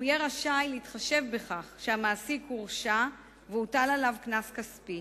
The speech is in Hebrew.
הוא יהיה רשאי להתחשב בכך שהמעסיק הורשע והוטל עליו קנס כספי.